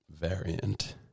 variant